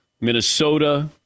Minnesota